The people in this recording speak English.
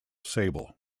sable